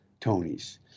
Tonys